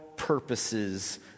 purposes